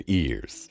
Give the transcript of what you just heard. ears